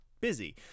busy